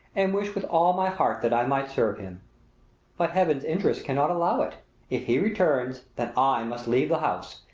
and wish with all my heart that i might serve him but heaven's interests cannot allow it if he returns, then i must leave the house.